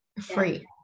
free